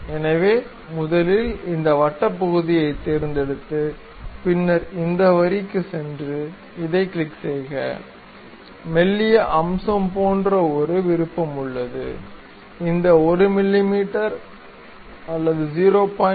எனவே முதலில் இந்த வட்ட பகுதியைத் தேர்ந்தெடுத்து பின்னர் இந்த வரிக்குச் சென்று இதைக் கிளிக் செய்க மெல்லிய அம்சம் போன்ற ஒரு விருப்பம் உள்ளது இந்த 1 மிமீ 0